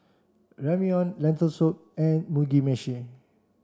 Ramyeon Lentil soup and Mugi meshi